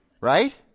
Right